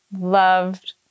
loved